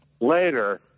later